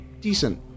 decent